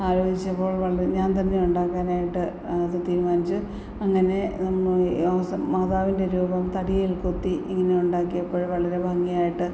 ആലോചിച്ചപ്പോൾ വള ഞാൻ തന്നെ ഉണ്ടാക്കാനായിട്ട് അതു തീരുമാനിച്ച് അങ്ങനെ മാതാവിൻ്റെ രൂപം തടിയിൽ കൊത്തി ഇങ്ങനെ ഉണ്ടാക്കിയപ്പോൾ വളരെ ഭംഗിയായിട്ട്